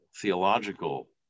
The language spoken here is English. theological